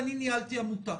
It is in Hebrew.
למשל, אני ניהלתי עמותה